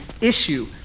issue